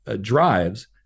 drives